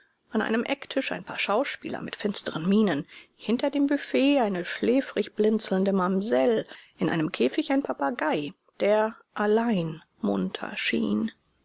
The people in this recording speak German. an einem ecktisch ein paar schachspieler mit finsteren mienen hinter dem büfett eine schläfrig blinzelnde mamsell in einem käfig ein papagei der allein munter schien